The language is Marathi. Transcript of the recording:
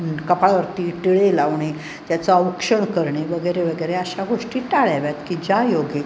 कपाळावरती टिळे लावणे त्याचं औक्षण करणे वगैरे वगैरे अशा गोष्टी टाळ्याव्यात की ज्या योगे